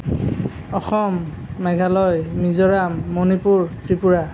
Assam Meghalaya Mizoram Manipur Tripura